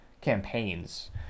campaigns